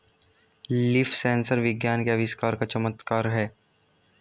leaf sensor विज्ञान के आविष्कार का चमत्कार है